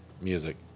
music